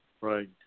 Right